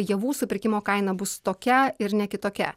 javų supirkimo kaina bus tokia ir ne kitokia